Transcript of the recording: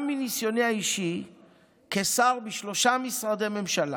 גם מניסיוני האישי כשר בשלושה משרדי ממשלה